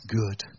good